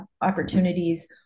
opportunities